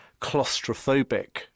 claustrophobic